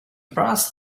brass